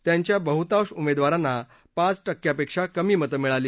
त्यांच्या बहुतांश उमेदवारांना पाच टक्क्यापेक्षा कमी मत मिळाली